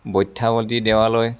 বৈঠাৱতী দেৱালয়